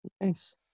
Nice